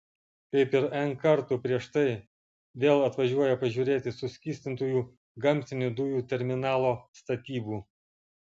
kaip ir n kartų prieš tai vėl atvažiuoja pažiūrėti suskystintųjų gamtinių dujų terminalo statybų